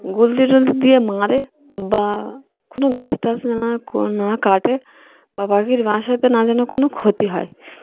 গুলতি টুলতি দিয়ে মারে বা কোনো গাছ টাছে যেন না কাটে বা পাখির বাসার সাথে না যেন কোনো ক্ষতি হয়